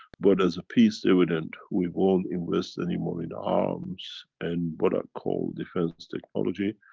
but as a peace dividend we won't invest anymore in arms and, what i call, defense technology.